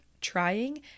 trying